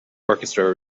orchestra